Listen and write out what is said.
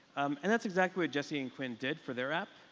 um and that's exactly what jesse and quinn did for their app.